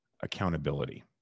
accountability